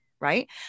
Right